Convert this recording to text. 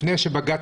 מי נגד?